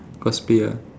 cosplay ah